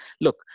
look